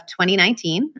2019